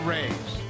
Rays